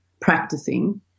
practicing